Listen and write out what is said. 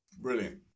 Brilliant